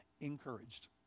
encouraged